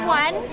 one